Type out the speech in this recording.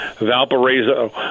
Valparaiso